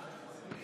ומי